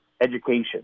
education